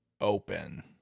open